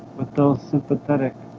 but those sympathetic